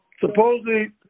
supposedly